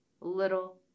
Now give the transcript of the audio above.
Little